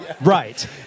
Right